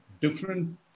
different